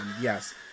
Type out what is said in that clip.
Yes